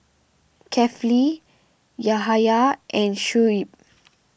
Kefli Yahaya and Shuib